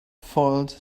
foiled